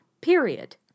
period